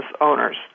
owners